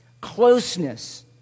closeness